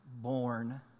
born